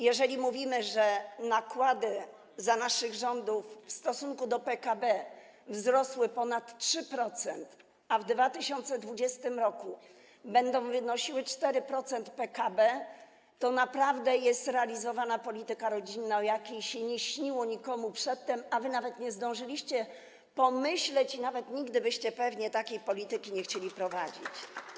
Jeżeli mówimy, że nakłady za naszych rządów w stosunku do PKB wzrosły o ponad 3%, a w 2020 r. będą wynosiły 4% PKB, to naprawdę jest realizowana polityka rodzinna, o jakiej nie śniło się nikomu przedtem, a wy nawet nie zdążyliście o niej pomyśleć i nigdy pewnie takiej polityki nie chcielibyście prowadzić.